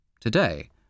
Today